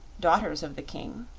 daughters of the king,